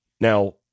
Now